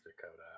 Dakota